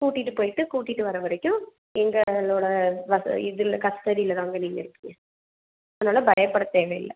கூட்டிட்டு போயிட்டு கூட்டிட்டு வர வரைக்கும் எங்களோடய வச இதில் கஸ்டடியில் தாங்க நீங்கள் இருப்பீங்க அதனால் பயப்பட தேவையில்லை